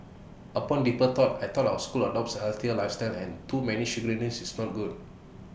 upon deeper thought I thought our school adopts A healthier lifestyle and too many sugariness is not good